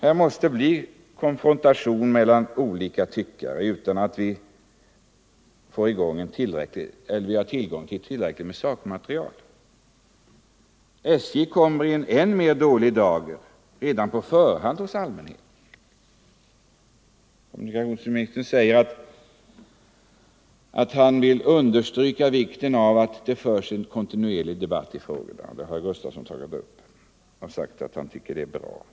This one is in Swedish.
Här måste bli konfrontation mellan olika tyckare, när vi inte har tillgång till tillräckligt sakmaterial. SJ kommer i en än mer dålig dager hos allmänheten redan på förhand. Kommunikationsministern säger att han vill understryka vikten av att det förs en kontinuerlig debatt i frågan, och herr Gustafson har sagt att han tycker att det är bra.